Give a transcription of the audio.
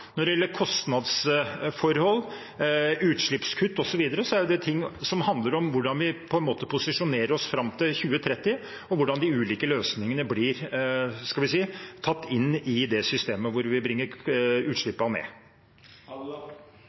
Når det gjelder kostnadsforhold, utslippskutt osv., er det ting som handler om hvordan vi posisjonerer oss fram til 2030, og hvordan de ulike løsningene blir tatt inn i det systemet hvor vi bringer